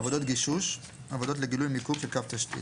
"עבודות גישוש" - עבודות לגילוי מיקום של קו תשתית,